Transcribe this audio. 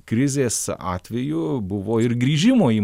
krizės atveju buvo ir grįžimo į